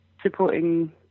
supporting